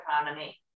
economy